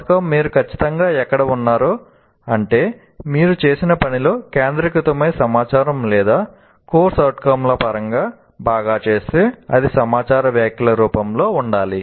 పతకం మీరు ఖచ్చితంగా ఎక్కడ ఉన్నారో అంటే మీరు చేసిన పనిలో కేంద్రీకృత సమాచారం లేదా CO ల పరంగా బాగా చేస్తే అది సమాచార వ్యాఖ్యల రూపంలో ఉండాలి